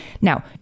Now